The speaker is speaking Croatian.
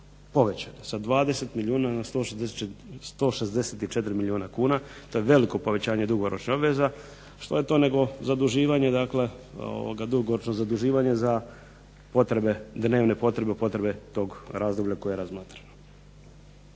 povećane sa 20 milijuna na 164 milijuna kuna. To je veliko povećanje dugoročnih obveza, što je to nego zaduživanje dakle zaduživanje za dnevne potrebe, potrebe tog razdoblja koje je razmotrilo.